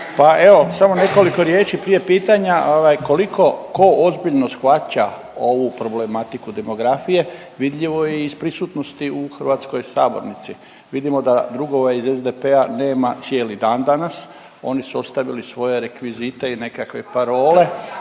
pa evo, samo nekoliko riječi prije pitanja, ovaj, koliko tko ozbiljno shvaća ovu problematiku demografije vidljivo je i iz prisutnosti u hrvatskoj sabornici. Vidimo da drugova iz SDP-a nema cijeli dan danas, oni su stavili svoje rekvizite i nekakve parole